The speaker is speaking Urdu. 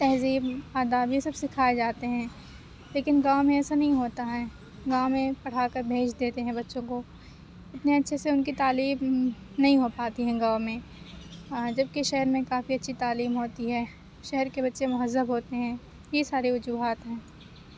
تہذیب آداب یہ سب سکھائے جاتے ہیں لیکن گاؤں میں ایسا نہیں ہوتا ہے گاؤں میں پڑھا کر بھیج دیتے ہیں بچوں کو اتنے اچھے سے ان کی تعلیم نہیں ہو پاتی ہے گاؤں میں جبکہ شہر میں کافی اچھی تعلیم ہوتی ہے شہر کے بچے مہذب ہوتے ہیں یہ سارے وجوہات ہیں